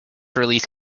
release